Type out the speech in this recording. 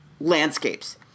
landscapes